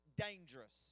dangerous